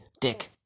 Dick